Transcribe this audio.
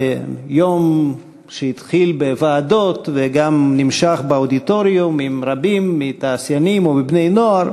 ביום שהתחיל בוועדות ונמשך באודיטוריום עם רבים מהתעשיינים ומבני-הנוער,